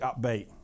upbeat